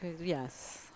Yes